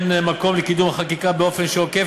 אין מקום לקידום החקיקה באופן שעוקף